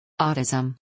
Autism